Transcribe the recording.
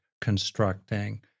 constructing